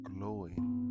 glowing